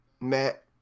Matt